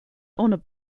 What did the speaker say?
honour